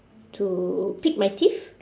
to pick my teeth